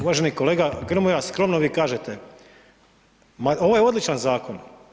Uvaženi kolega Grmoja, skromno vi kažete, ma ovo je odličan zakon.